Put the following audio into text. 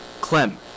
Clem